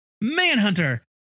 Manhunter